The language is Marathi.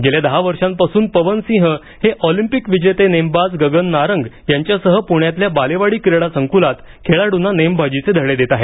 गेल्या दहा वर्षांपासून पवन सिंह हे ऑलिंपिक विजेते नेमबाज गगन नारंग यांच्यासह प्ण्यातल्या बालेवाडी क्रीडा संक्लात खेळाड्रंना नेमबाजीचे धडे देत आहेत